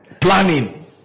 Planning